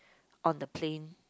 on the plane